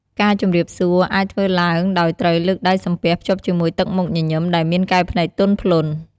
ការជម្រាបសួរ អាចធ្វើឡើងដោយត្រូវលើកដៃសំពះភ្ជាប់ជាមួយទឹកមុខញញឹមដែលមានកែវភ្នែកទន់ភ្លន់។